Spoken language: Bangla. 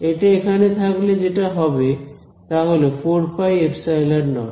এটা এখানে থাকলে যেটা হবে তা হলো 4πε0